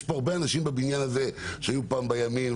יש הרבה אנשים פה בבניין הזה שהיו פעם בימין,